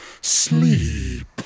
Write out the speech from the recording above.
sleep